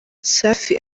safi